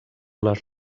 les